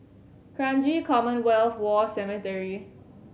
Kranji Commonwealth War Cemetery